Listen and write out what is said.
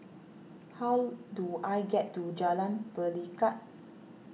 how do I get to Jalan Pelikat